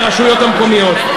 לרשויות המקומיות.